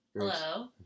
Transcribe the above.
Hello